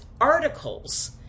articles